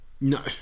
No